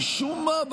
משום מה,